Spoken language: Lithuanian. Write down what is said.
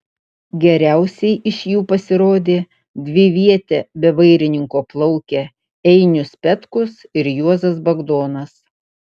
geriausiai iš jų pasirodė dviviete be vairininko plaukę einius petkus ir juozas bagdonas